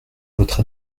votre